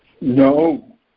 no